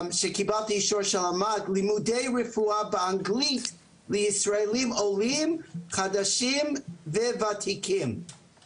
שקיבלתי אישור של לימודי רפואה באנגלית לישראלים עולים חדשים וותיקים,